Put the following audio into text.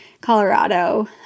Colorado